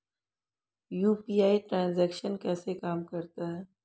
UPI transaction कैसे काम करता है?